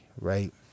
Right